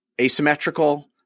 asymmetrical